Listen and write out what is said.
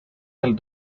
del